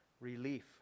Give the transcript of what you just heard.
relief